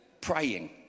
praying